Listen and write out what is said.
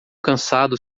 cansado